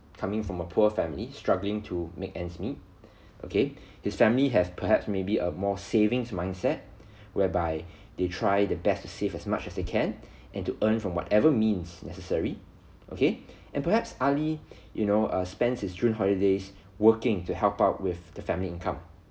coming from a poor family struggling to make ends meet okay his family have perhaps maybe a more savings mindset whereby they try their best to save as much as they can and to earn from whatever means necessary okay and perhaps Ali you know err spends his june holidays working to help out with the family income